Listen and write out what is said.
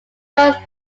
nor